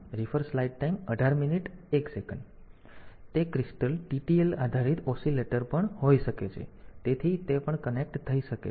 તેથી તે crystal TTL આધારિત ઓસિલેટર પણ હોઈ શકે છે તેથી તે પણ કનેક્ટ થઈ શકે છે